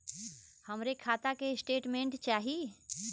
हमरे खाता के स्टेटमेंट चाही?